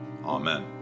Amen